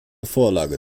vorlage